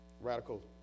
Radical